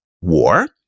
war